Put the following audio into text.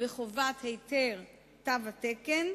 וחובת היתר תו התקן,